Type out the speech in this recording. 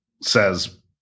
says